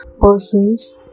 persons